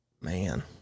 Man